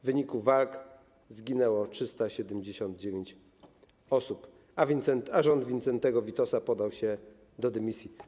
W wyniku walk zginęło 379 osób, a rząd Wincentego Witosa podał się do dymisji.